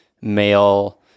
male